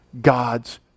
God's